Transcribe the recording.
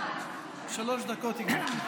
שלוש דקות, גברתי.